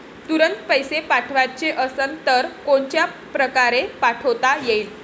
तुरंत पैसे पाठवाचे असन तर कोनच्या परकारे पाठोता येईन?